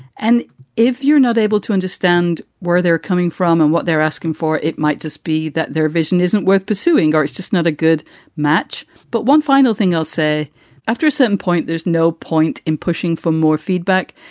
and if you're not able to understand where they're coming from and what they're asking for. it might just be that their vision isn't worth pursuing or it's just not a good match. but one final thing i'll say after some point, there's no point in pushing for more feedback.